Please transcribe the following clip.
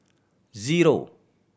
zero